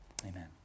Amen